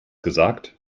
gesagt